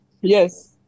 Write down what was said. yes